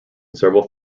several